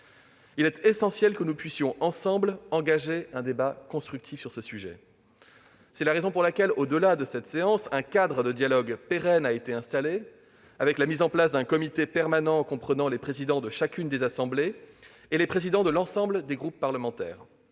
Il est essentiel que nous puissions, ensemble, engager un débat constructif sur ce sujet. C'est la raison pour laquelle, au-delà de cette séance, un cadre de dialogue pérenne a été installé, avec la mise en place d'un comité permanent comprenant les présidents de chacune des assemblées et les présidents de l'ensemble des groupes parlementaires.